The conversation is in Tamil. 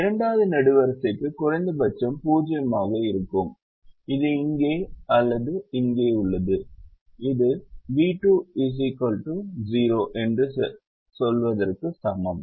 இரண்டாவது நெடுவரிசைக்கு குறைந்தபட்சம் 0 ஆக இருக்கும் இது இங்கே அல்லது இங்கே உள்ளது இது v2 0 என்று சொல்வதற்கு சமம்